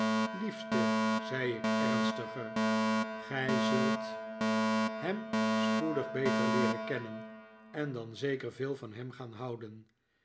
liefst zei ik ernstiger gij zult hem spoedig beter leeren kennen en dan zeker veel van hem gaan houden